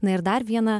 na ir dar vieną